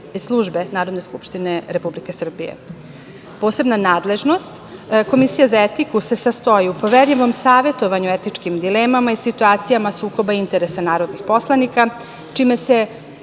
službe Narodne skupštine Republike Srbije. Posebna nadležnost komisije za etiku se sastoji u poverljivom savetovanju u etičkim dilemama i situacijama sukoba interesa narodnih poslanika, čime bi